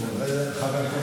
חבר הכנסת,